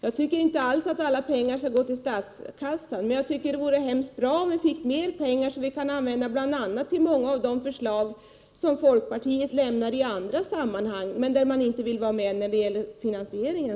Jag tycker inte alls att alla pengar skall gå till statskassan, men det vore mycket bra om vi fick mera pengar att använda bl.a. till många av de förslag som folkpartiet för fram i andra sammanhang men sedan inte vill vara med om när det gäller finansieringen.